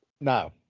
No